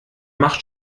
macht